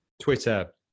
Twitter